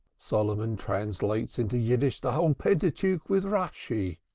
solomon translates into yiddish the whole pentateuch with rashi.